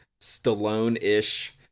Stallone-ish